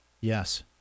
Yes